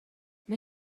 mae